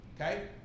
Okay